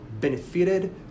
benefited